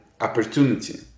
opportunity